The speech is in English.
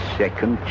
second